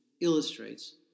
illustrates